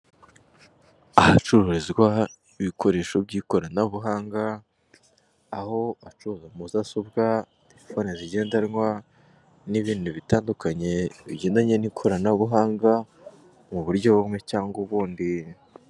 Ahacururizwa ibikoresho by'ikoranabuhanga, aho bacuruza mudasobwa, telefone zigendanwa, n'inindi bitandukanye bigendanye n'ikoranabuhanga, mu buryo bumwe cyangwa ubundi.